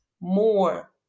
more